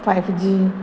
five G